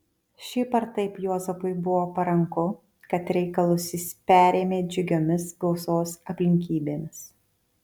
šiaip ar taip juozapui buvo paranku kad reikalus jis perėmė džiugiomis gausos aplinkybėmis